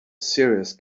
serious